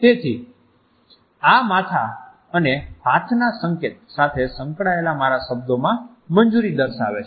તેથી આ માથા અને હાથના સંકેત સાથે સંકળાયેલા મારા શબ્દોમાં મંજુરી દર્શાવે છે